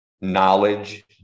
knowledge